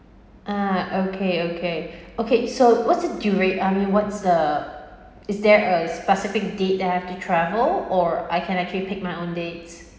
ah okay okay okay so what's the dura~ I mean what's the is there a specific date I have to travel or I can actually pick my own dates